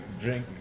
drink